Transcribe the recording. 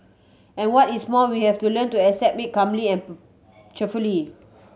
and what is more we have to learn to accept may calmly and cheerfully